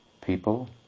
people